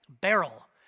barrel